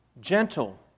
Gentle